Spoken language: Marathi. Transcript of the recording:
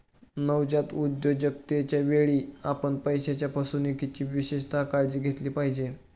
नवजात उद्योजकतेच्या वेळी, आपण पैशाच्या फसवणुकीची विशेष काळजी घेतली पाहिजे